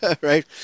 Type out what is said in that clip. Right